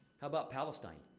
how about palestine?